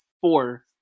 four